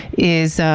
is